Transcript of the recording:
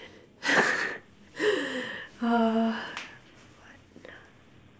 uh what the